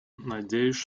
надеюсь